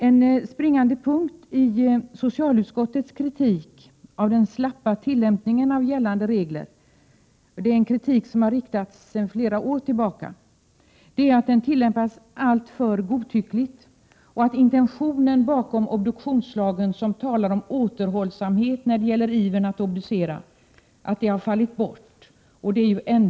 En springande punkt i socialutskottets kritik av den slappa tillämpningen av gällande regler, en kritik som har framförts under flera år, är att de tillämpas alltför godtyckligt. Och intentionen bakom obduktionslagen, där det talas om återhållsamhet när det gäller ivern att obducera, har fallit bort, trots att det är lagens andemening.